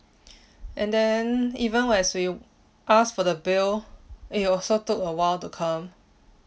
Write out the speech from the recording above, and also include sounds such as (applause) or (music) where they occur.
(breath) and then even where as we asked for the bill it also took awhile to come